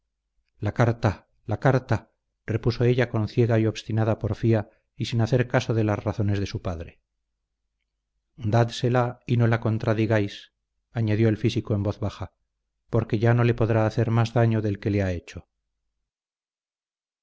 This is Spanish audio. la carta la carta repuso ella con ciega y obstinada porfía y sin hacer caso de las razones de su padre dádsela y no la contradigáis añadió el físico en voz baja porque ya no le podrá hacer más daño del que le ha hecho